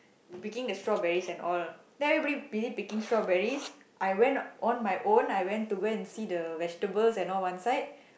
picking the strawberries and all then everybody be it picking strawberries I went on my own I went to go and see the vegetables and all one side